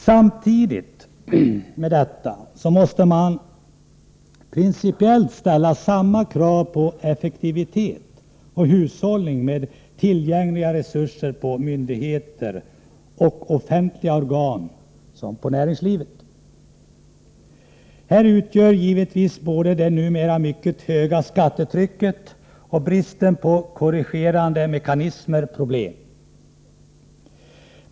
Samtidigt med detta måste man principiellt ställa samma krav på myndigheter och offentliga organ som på näringslivet när det gäller effektivitet och hushållning med tillgängliga resurser. Här utgör givetvis både det numera mycket höga skattetrycket och bristen på korrigerande mekanismer problem.